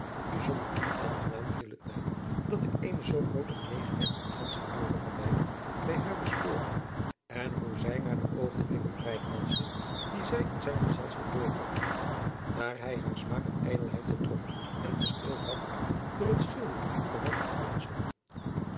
bijzonder onaangenaam viel het mij dat ik eene zoo groote genegenheid omtrent signore van djjk bij haar bespeurde en hoe zij naar de oogenblikken reikhalsde die zij in zijn gezelschap doorbragt daar hij haar smaak en ijdelheid getroffen en gestreeld had door het schilderen van haar afbeeldsel